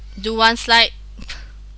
do one slide